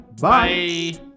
bye